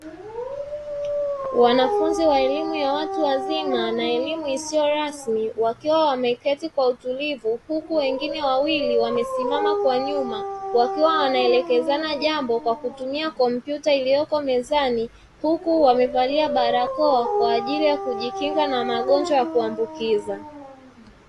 Wanafunzi wa elimu ya watu wazima na elimu isiyo rasmi wakiwa wameketi kwa utulivu, huku wengine wawili wamesimama kwa nyuma wakiwa wanaelekezana jambo kwa kutumia kompyuta iliyoko mezani huku wamevalia barakoa kwa ajili ya kujikinga na magonjwa ya kuambukiza.